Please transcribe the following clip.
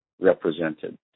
represented